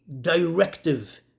directive